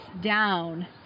down